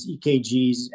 EKGs